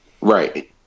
Right